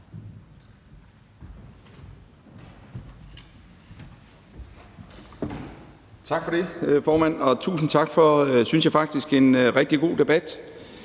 Tak for det, formand. Og tusind tak for, synes jeg, faktisk en rigtig god debat